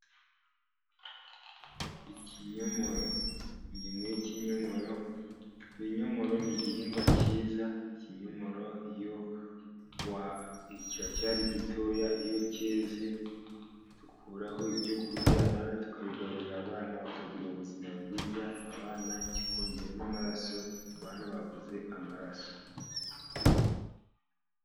Ikinyomoro. Ingemwe y'kinyomoro, ibinyomoro ni igihingwa cyiza, ikinyomoro kiracyari gitoya, iyo keze dukuraho ibyo kurya, abana tukabagaburira abana bakagira ubuzima bwiza, abana kikongera n'amaraso abana babuze amaraso.